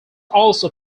also